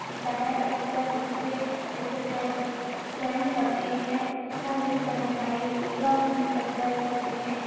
होता है उस पर हम स्लिप रखके जो ड्राइ ड्राइंग करते हैं उसका यूज करना चाहिए एवं हम जब ड्राई करते हैं